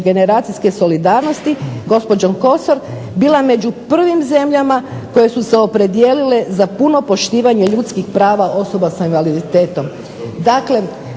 međugeneracijske solidarnosti gospođom Kosor bila među prvim zemljama koje su se opredijelile za puno poštivanje ljudskih prava osoba sa invaliditetom.